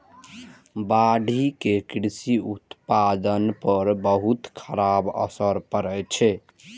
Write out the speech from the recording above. बाढ़ि के कृषि उत्पादन पर बहुत खराब असर पड़ै छै